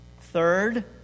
Third